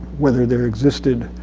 whether there existed